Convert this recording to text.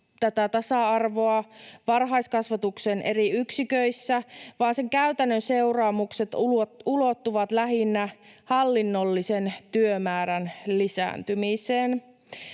tasa-arvoa varhaiskasvatuksen eri yksiköissä vaan sen käytännön seuraamukset ulottuvat lähinnä hallinnollisen työmäärän lisääntymiseen.